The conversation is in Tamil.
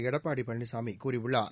எடப்பாடி பழனிசாமி கூறியுள்ளார்